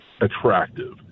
attractive